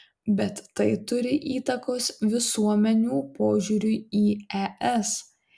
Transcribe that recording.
bet tai turi įtakos visuomenių požiūriui į es